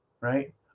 right